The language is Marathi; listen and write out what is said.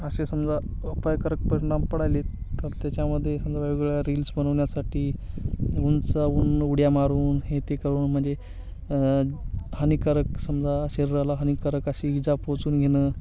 असे समजा अपायकारक परिणाम पडायलेत तर त्याच्यामध्ये समजा वेगवेगळ्या रील्स बनवण्यासाठी ऊंच ऊंच उड्या मारून हे ते करून म्हणजे हानीकारक समजा शरीराला हानीकारक अशी इजा पोचून घेणं